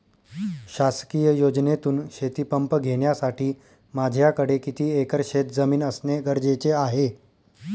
शासकीय योजनेतून शेतीपंप घेण्यासाठी माझ्याकडे किती एकर शेतजमीन असणे गरजेचे आहे?